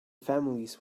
families